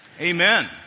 Amen